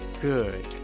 Good